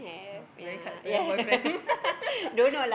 ah very hard to have boyfriend